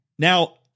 Now